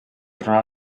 tornar